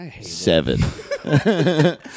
seven